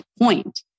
point